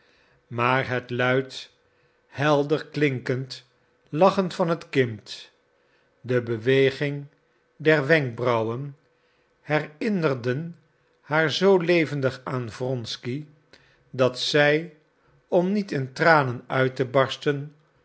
maar het luid helder klinkend lachen van het kind de beweging der wenkbrauwen herinnerden haar zoo levendig aan wronsky dat zij om niet in tranen uit te barsten